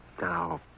Now